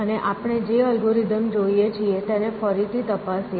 અને આપણે જે અલ્ગોરિધમ જોઈએ છીએ તેને ફરીથી તપાસીએ